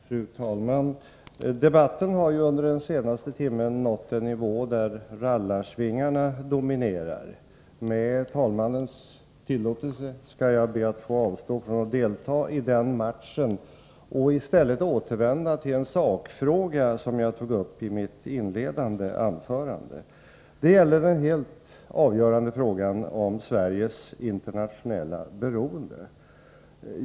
Fru talman! Debatten har under den senaste timmen nått en nivå där rallarsvingarna dominerar. Med talmannens tillåtelse skall jag be att få avstå från att delta i den matchen och i stället återvända till en sakfråga som jag tog upp i mitt inledningsanförande. Det gäller den helt avgörande frågan om Sveriges internationella beroende.